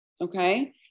okay